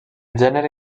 gènere